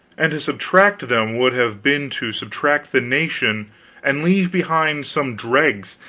and to subtract them would have been to subtract the nation and leave behind some dregs,